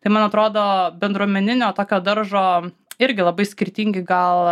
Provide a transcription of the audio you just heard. tai man atrodo bendruomeninio tokio daržo irgi labai skirtingi gal